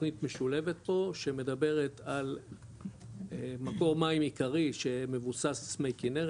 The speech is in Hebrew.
תוכנית משולבת פה שמדברת על מקור מים עיקרי שמבוסס מי כנרת,